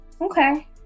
Okay